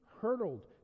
hurtled